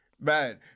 man